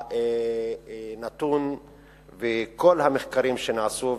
הנתון וכל המחקרים שנעשו,